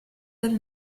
del